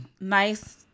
nice